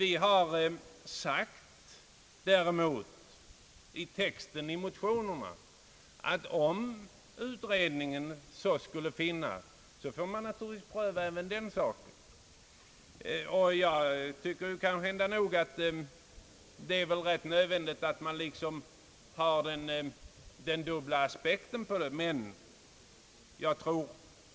I våra motioner har vi skrivit, att om utredningen så skulle finna får man naturligtvis pröva saken ur olika synpunkter. Jag tycker det är nödvändigt med den dubbla aspekten på problemet.